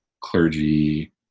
clergy